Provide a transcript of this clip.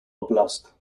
oblast